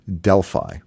Delphi